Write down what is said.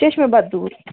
چٔشمے بَدوٗر